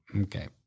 Okay